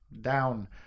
down